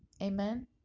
Amen